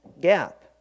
gap